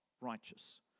righteous